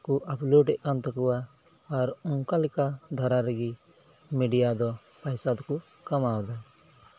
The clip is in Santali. ᱠᱚ ᱟᱯᱞᱳᱰ ᱮᱫ ᱛᱟᱠᱳᱣᱟ ᱟᱨ ᱚᱱᱠᱟ ᱞᱮᱠᱟ ᱫᱷᱟᱨᱟ ᱨᱮᱜᱮ ᱢᱤᱰᱤᱭᱟ ᱫᱚ ᱯᱚᱭᱥᱟ ᱫᱚᱠᱚ ᱠᱟᱢᱟᱣᱫᱟ